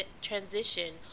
transition